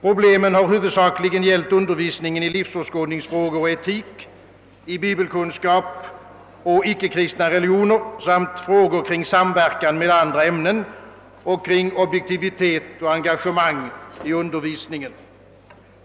——— Problemen har huvudsakligen gällt undervisningen i livsåskådningsfrågor och etik, i bibelkunskap och icke-kristna religioner samt frågor kring samverkan med andra ämnen och kring objektivitet och engagemang i undervisningen.